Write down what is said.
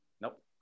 Nope